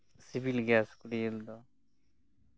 ᱥᱤᱵᱤᱞ ᱜᱮᱭᱟ ᱥᱩᱠᱨᱤ ᱡᱤᱞ ᱫᱚ